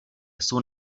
jsou